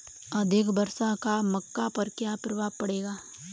अधिक वर्षा का मक्का पर क्या प्रभाव पड़ेगा?